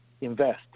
invest